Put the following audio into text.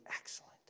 excellent